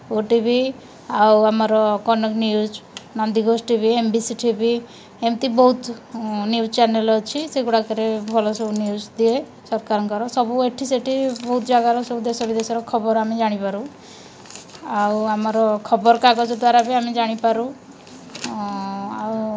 ଓ T V ଆଉ ଆମର Kanak news Nandighosh T V M B C T V ଏମିତି ବହୁତ ନ୍ୟୁଜ୍ ଚ୍ୟାନେଲ୍ ଅଛି ସେଗୁଡ଼ାକରେ ଭଲ ସବୁ ନ୍ୟୁଜ୍ ଦିଏ ସରକାରଙ୍କର ସବୁ ଏଠି ସେଠି ବହୁତ ଜାଗାର ସବୁ ଦେଶ ବିଦେଶର ଖବର ଆମେ ଜାଣିପାରୁ ଆଉ ଆମର ଖବରକାଗଜ ଦ୍ଵାରା ବି ଆମେ ଜାଣିପାରୁ ଆଉ